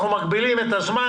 אנחנו מגבילים את הזמן.